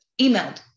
emailed